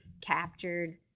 captured